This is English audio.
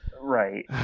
right